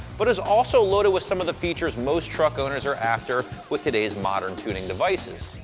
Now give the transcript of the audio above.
but is also loaded with some of the features most truck owners are after with today's modern tuning devices.